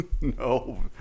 No